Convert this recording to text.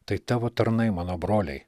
tai tavo tarnai mano broliai